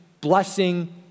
blessing